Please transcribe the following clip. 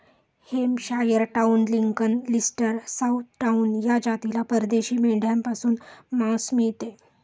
Hampshire Down, Lincoln, Leicester, Southdown या जातीला परदेशी मेंढ्यांपासून मांस मिळते